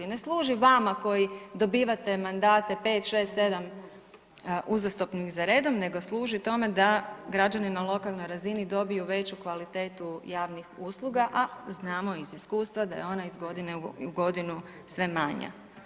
Ne služi vama koji dobivate mandate 5, 6, 7 uzastopnih za redom, nego služi tome da građani na lokalnoj razini dobiju veću kvalitetu javnih usluga, a znamo iz iskustva da je ona iz godine u godinu sve manja.